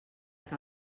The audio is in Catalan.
que